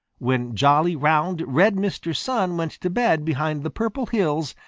when jolly, round, red mr. sun went to bed behind the purple hills,